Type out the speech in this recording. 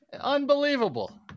unbelievable